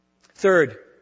Third